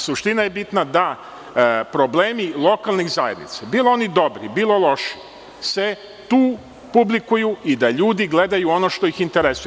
Suština je bitna, da problemi lokalnih zajednica, bili dobri ili loši, se tu publikuju i da ljudi gledaju ono što ih interesuje.